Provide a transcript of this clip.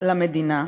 על המדינה,